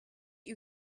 you